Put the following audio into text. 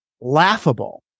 laughable